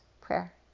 prayer